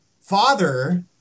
father